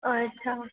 અચ્છા